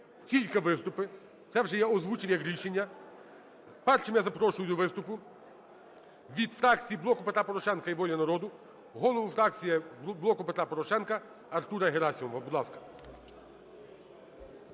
Тільки виступи, це вже я озвучив як рішення. Першим я запрошую до виступу від фракцій "Блоку Петра Порошенка" і "Воля народу" голову фракції "Блоку Петра Порошенка" Артура Герасимова. Будь ласка.